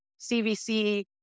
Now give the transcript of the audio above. CVC